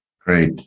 Great